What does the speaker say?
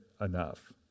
enough